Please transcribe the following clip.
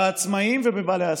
בעצמאים ובבעלי העסקים,